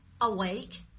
awake